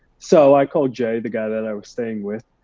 so i call jay, the guy that i was staying with,